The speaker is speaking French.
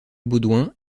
baudouin